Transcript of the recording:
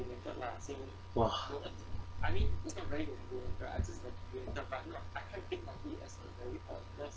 !wah!